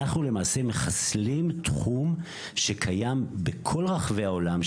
אנחנו למעשה מחסלים תחום שקיים בכל רחבי העולם,